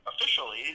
officially